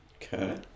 Okay